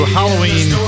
Halloween